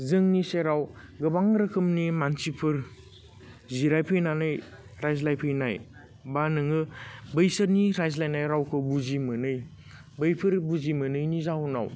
जोंनि सेराव गोबां रोखोमनि मानसिफोर जिरायफैनानै रायज्लायफैनाय बा नोङो बैसोरनि रायज्लायनाय रावखौ बुजि मोनै बैफोर बुजि मोनैनि जाउनाव